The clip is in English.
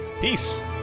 Peace